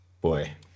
boy